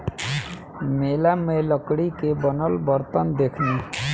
मेला में लकड़ी के बनल बरतन देखनी